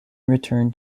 returned